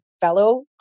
fellow